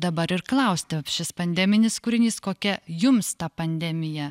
dabar ir klausti šis pandeminis kūrinys kokia jums ta pandemija